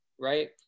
Right